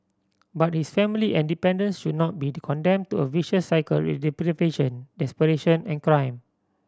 but his family and dependants should not be condemned to a vicious cycle of deprivation desperation and crime